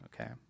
okay